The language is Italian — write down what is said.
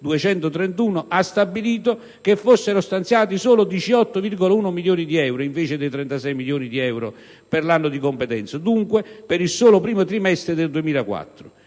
ha stabilito che fossero stanziati solo 18,1 milioni di euro (invece dei 36,2 previsti per l'anno di competenza), dunque per il solo primo trimestre del 2004.